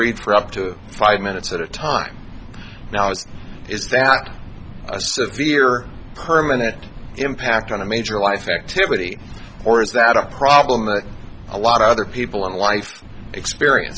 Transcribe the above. read for up to five minutes at a time now as is that a severe permanent impact on a major life activity or is that a problem that a lot of other people in life experience